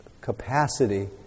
capacity